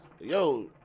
Yo